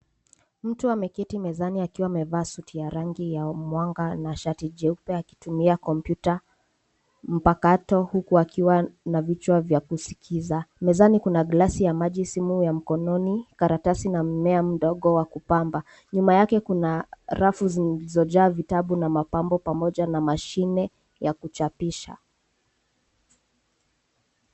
Mtu ameketi mezani akiwa amevaa suti ya rangi ya mwanga na shati jeupe akitumia kompyuta mpakato huku akiwa na vichwa vya kusikiza. Mezani kuna kilazi ya maji, simu ya mkononi, karatasi na mimea mdogo wa kupamba. Nyuma yake kuna rafu zilizo jaa vitabu na mapambo, pamoja na mashine ya kujapisha.